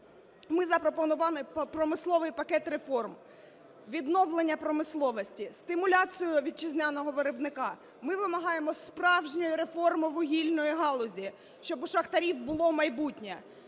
Ми запропонували промисловий пакет реформ – відновлення промисловості, стимуляцію вітчизняного виробника. Ми вимагаємо справжньої реформи вугільної галузі, щоб у шахтарів було майбутнє.